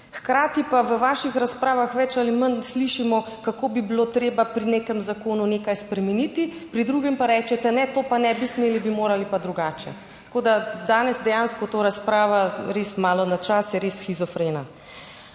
hkrati pa v vaših razpravah več ali manj slišimo, kako bi bilo treba pri nekem zakonu nekaj spremeniti, pri drugem pa rečete, ne, to pa ne bi smeli, bi morali pa drugače. Tako da danes dejansko ta razprava res malo na čas, je res shizofrena.